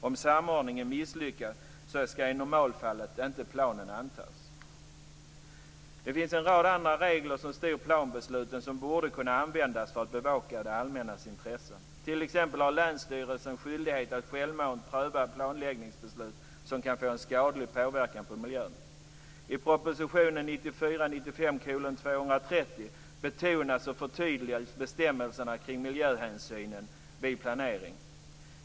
Om samordningen misslyckas skall i normalfallet planen inte antas. Det finns en rad andra regler som styr planbesluten och som borde kunna användas för att bevaka det allmännas intressen. T.ex. har länsstyrelserna skyldighet att självmant pröva planläggningsbeslut som kan få skadlig påverkan på miljön. I proposition 1994/95:230 betonas och förtydligas bestämmelserna kring miljöhänsyn vid planering.